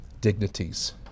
dignities